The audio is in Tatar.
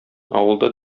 авылда